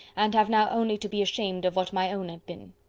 and have now only to be ashamed of what my own have been.